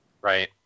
Right